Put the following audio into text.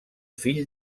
fill